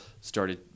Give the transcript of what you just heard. started